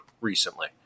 recently